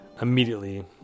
immediately